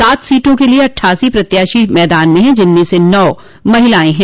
सात सीटों के लिये अट्ठासी प्रत्याशी मैदान में हैं जिनमें से नौ महिलाएं हैं